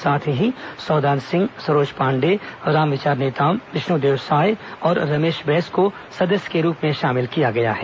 साथ ही सौदान सिंह सरोज पाण्डेय रामविचार नेताम विष्णुदेव साय और रमेश बैस को सदस्य के रूप में शामिल किया गया है